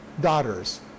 daughters